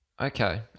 Okay